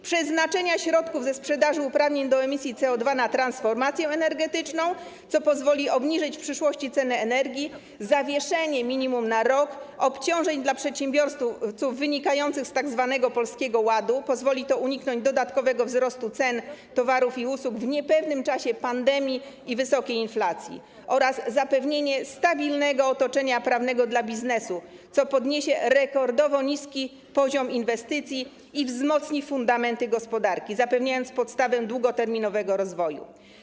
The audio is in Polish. przeznaczenie środków ze sprzedaży uprawnień do emisji CO2 na transformację energetyczną, co pozwoli obniżyć w przyszłości cenę energii, zawieszenie minimum na rok obciążeń dla przedsiębiorców wynikających z tzw. Polskiego Ładu, co pozwoli uniknąć dodatkowego wzrostu cen towarów i usług w niepewnym czasie pandemii i wysokiej inflacji, oraz zapewnienie stabilnego otoczenia prawnego dla biznesu, co podniesie rekordowo niski poziom inwestycji i wzmocni fundamenty gospodarki, zapewniając podstawę długoterminowego rozwoju.